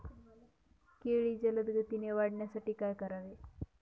केळी जलदगतीने वाढण्यासाठी काय करावे?